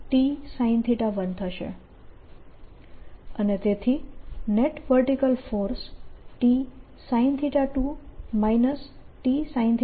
અને તેથી net vertical force Tsin2 Tsin1 થશે